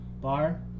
bar